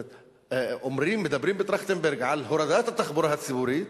מדברים בטרכטנברג על הורדת המחירים בתחבורה הציבורית